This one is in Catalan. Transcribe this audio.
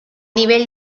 nivell